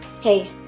Hey